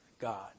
God